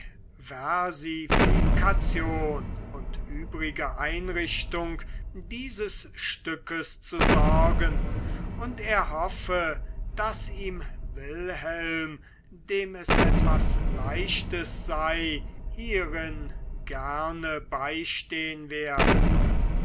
versifikation und übrige einrichtung dieses stückes zu sorgen und er hoffe daß ihm wilhelm dem es etwas leichtes sei hierin gerne beistehen werde